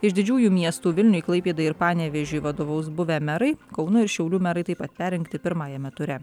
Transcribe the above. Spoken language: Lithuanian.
iš didžiųjų miestų vilniui klaipėdai ir panevėžiui vadovaus buvę merai kauno ir šiaulių merai taip pat perrinkti pirmajame ture